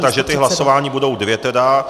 Takže ta hlasování budou dvě tedy.